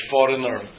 Foreigner